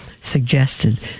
suggested